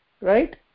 right